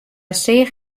seach